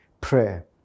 prayer